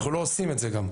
אנחנו לא עושים את זה גם,